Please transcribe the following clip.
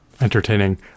entertaining